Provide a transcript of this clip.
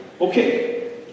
Okay